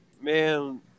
man